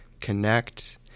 connect